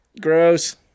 Gross